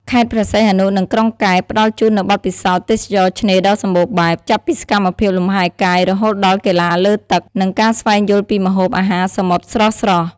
ខេត្តព្រះសីហនុ និងក្រុងកែប ផ្តល់ជូននូវបទពិសោធន៍ទេសចរណ៍ឆ្នេរដ៏សម្បូរបែប ចាប់ពីសកម្មភាពលំហែកាយរហូតដល់កីឡាលើទឹក និងការស្វែងយល់ពីម្ហូប អាហារសមុទ្រស្រស់ៗ។